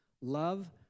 love